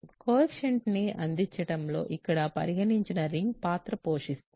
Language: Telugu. కోయెఫిషియంట్స్ ని అందించడంలో ఇక్కడ పరిగణించిన రింగ్ పాత్ర పోషిస్తుంది